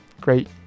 great